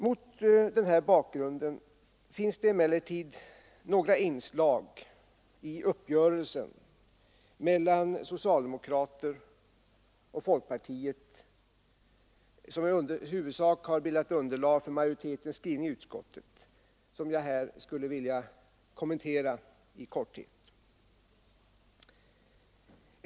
Mot denna bakgrund finns det emellertid i uppgörelsen mellan socialdemokraterna och folkpartiet, som i huvudsak har bildat underlag för utskottsmajoritetens skrivning, några inslag som jag här skulle vilja kommentera i korthet.